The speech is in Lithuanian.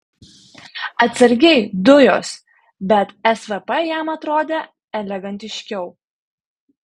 atsargiai dujos bet svp jam atrodė elegantiškiau